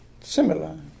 similar